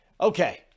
Okay